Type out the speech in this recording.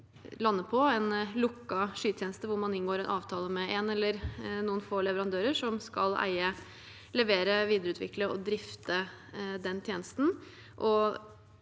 lande på en lukket skytjeneste hvor man inngår en avtale med en eller noen få leverandører som skal eie, levere, videreutvikle og drifte den tjenesten.